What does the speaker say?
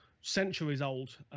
centuries-old